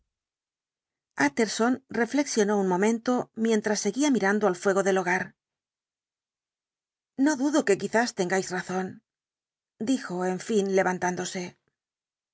utterson reflexionó un momento mientras seguía mirando al fuego del hogar no dudo que quizá tengáis razón dijo en fin levantándose